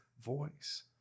voice